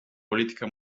politică